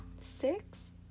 six